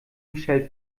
michelle